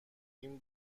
این